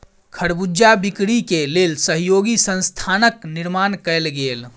खरबूजा बिक्री के लेल सहयोगी संस्थानक निर्माण कयल गेल